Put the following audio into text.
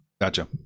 Gotcha